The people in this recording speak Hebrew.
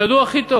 ידעו הכי טוב